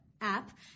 app